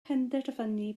penderfynu